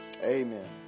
Amen